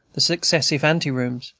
the successive anterooms,